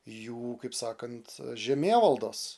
jų kaip sakant žemėvaldos